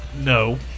No